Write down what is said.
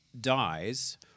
dies